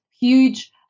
huge